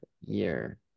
year